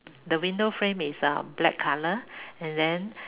the window frame is uh black color and then